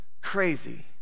Crazy